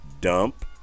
Dump